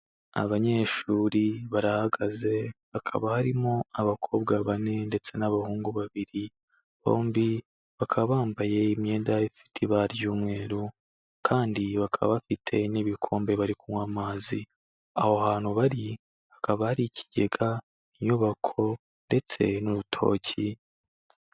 Abanyeshuri barahagaze, hakaba harimo abakobwa bane ndetse n'abahungu babiri, bombi bakaba bambaye imyenda ifite ibara ry'umweru kandi bakaba bafite n'ibikombe bari kunywa amazi, aho hantu bari hakaba ari ikigega, inyubako ndetse n'urutoki.